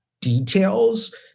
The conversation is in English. details